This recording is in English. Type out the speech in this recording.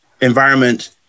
environment